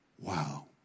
wow